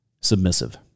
Submissive